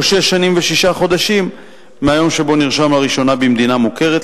או שש שנים ושישה חודשים מהיום שבו נרשם לראשונה במדינה מוכרת,